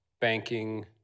banking